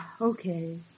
okay